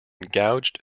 gouged